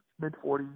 mid-40s